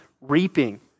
reaping